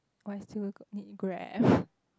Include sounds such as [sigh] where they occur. why still got need Grab [breath]